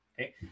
okay